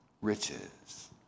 Riches